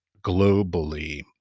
globally